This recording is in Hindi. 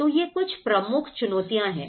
तो ये कुछ प्रमुख चुनौतियां हैं